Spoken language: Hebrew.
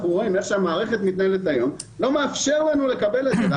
שהמערכת מתנהלת היום לא מאפשר לנו לקבל את זה.